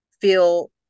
feel